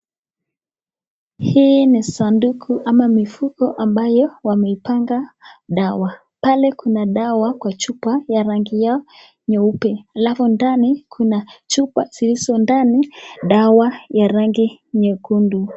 Hii ni sanduku ama mifuko ambayo wameipanga dawa. Pale kuna dawa kwa chupa ya rangi yao ya nyeupe, halafu ndani kuna chupa zilizo ndani dawa ya rangi nyekundu.